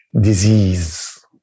disease